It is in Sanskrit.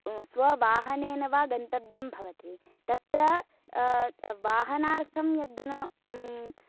स्व वाहनेन वा गन्तव्यं भवति तत्र वाहनार्थं यद्धनं